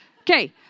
Okay